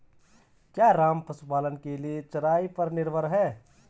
क्या राम पशुपालन के लिए चराई पर निर्भर है?